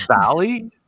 valley